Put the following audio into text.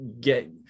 get